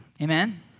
Amen